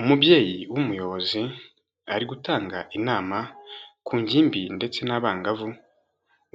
Umubyeyi w'umuyobozi, ari gutanga inama ku ngimbi ndetse n'abangavu,